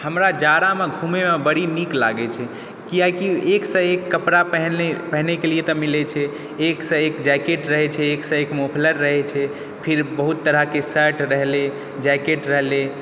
हमरा जाड़ामे घुमैमे बड़ी नीक लागै छै कियै कि एक सऽ एक कपड़ा पेहनैक मिलै छै एक सऽ एक जैकेट रहै छै एक सऽ एक मोफलेर रहै छै फिर बहुत तरहके शर्ट रहलै जैकेट रहलै